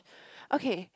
okay